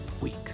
week